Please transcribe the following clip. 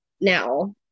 now